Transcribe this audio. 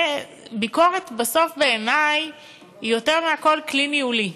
ביקורת בסוף בעיני היא יותר מכול כלי ניהולי.